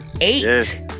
eight